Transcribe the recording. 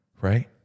right